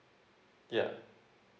yeah